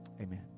Amen